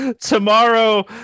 tomorrow